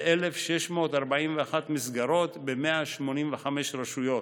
ב-1,641 מסגרות, ב-185 רשויות,